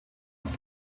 auf